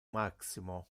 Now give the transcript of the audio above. maximo